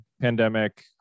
pandemic